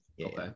Okay